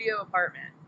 apartment